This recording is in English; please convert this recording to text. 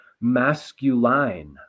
masculine